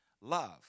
Love